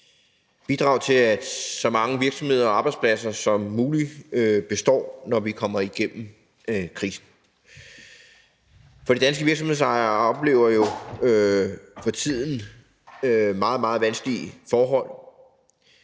bidrage til, at så mange virksomheder og arbejdspladser som muligt består, når vi er kommet igennem krisen, for de danske virksomhedsejere oplever jo for tiden meget, meget vanskelige forhold.